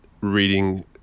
Reading